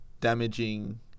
damaging